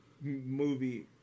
movie